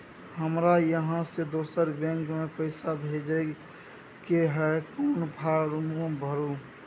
हमरा इहाँ से दोसर बैंक में पैसा भेजय के है, कोन फारम भरू?